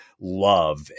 love